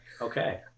Okay